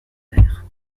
père